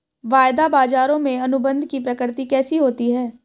वायदा बाजारों में अनुबंध की प्रकृति कैसी होती है?